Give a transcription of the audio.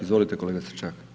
Izvolite kolega Stričak.